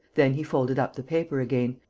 then he folded up the paper again,